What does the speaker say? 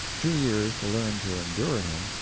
two years to learn to endure him,